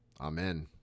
Amen